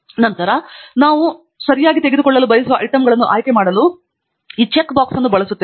ತದನಂತರ ನಾವು ಸರಿ ತೆಗೆದುಕೊಳ್ಳಲು ಬಯಸುವ ಐಟಂಗಳನ್ನು ಆಯ್ಕೆ ಮಾಡಲು ನಾವು ಈ ಚೆಕ್ ಪೆಟ್ಟಿಗೆಗಳನ್ನು ಬಳಸುತ್ತೇವೆ